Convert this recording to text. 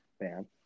Man